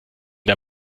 der